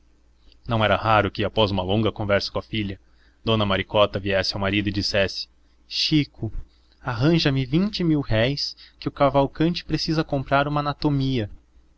não era raro que após uma longa conversa com a filha dona maricota viesse ao marido e dissesse chico arranja me vinte mil-réis que o cavalcanti precisa comprar uma anatomia